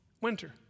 Winter